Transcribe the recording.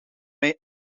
mij